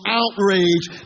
outrage